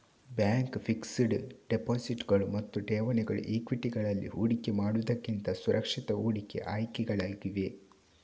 bank fixed ಡೆಪಾಸಿಟುಗಳು ಮತ್ತು ಠೇವಣಿಗಳು ಈಕ್ವಿಟಿಗಳಲ್ಲಿ ಹೂಡಿಕೆ ಮಾಡುವುದಕ್ಕಿಂತ ಸುರಕ್ಷಿತ ಹೂಡಿಕೆ ಆಯ್ಕೆಗಳಾಗಿವೆ